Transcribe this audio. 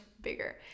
bigger